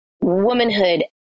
womanhood